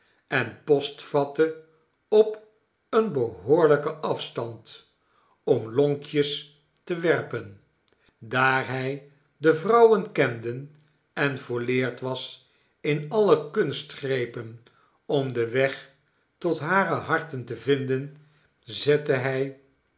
en post vatte op een behoorlijken afstand om lonkjes te werpen daar hij de vrouwen kende en volleerd was in alle kunstgrepen om den weg tot hare harten te vinden zette hij